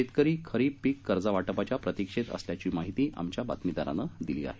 शेतकरी खरीप पिक कर्ज वाटपाच्या प्रतीक्षेत असल्याची माहिती आमच्या बातमीदारानं दिली आहे